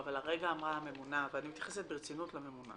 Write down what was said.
אבל הרגע אמרה הממונה ואני מתייחסת ברצינות לממונה